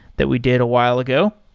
that we did a while ago.